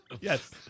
Yes